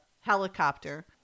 helicopter